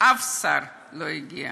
אף שר לא הגיע.